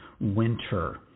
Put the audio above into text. winter